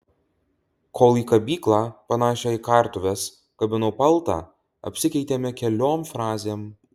kol į kabyklą panašią į kartuves kabinau paltą apsikeitėme keliom frazėm